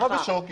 למה בשוק?